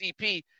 CP